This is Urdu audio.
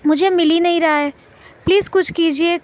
مجھے مل ہی نہیں رہا ہے پلیز کچھ کیجیے